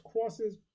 crosses